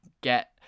get